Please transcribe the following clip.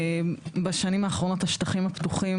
בשנים האחרונות השטחים הפתוחים,